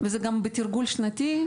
זה נמצא בתרגול שנתי,